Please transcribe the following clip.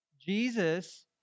Jesus